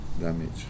damage